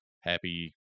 Happy